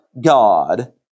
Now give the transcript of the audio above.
God